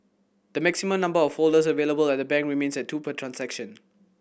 the maximum number of folders available at the banks remains at two per transaction